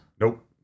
Nope